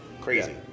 crazy